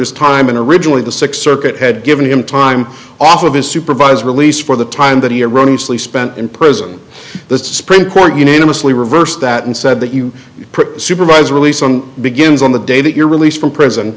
his time and originally the sixth circuit had given him time off of his supervised release for the time that iranians lee spent in prison the supreme court unanimously reversed that and said that you put supervised release on begins on the day that you're released from prison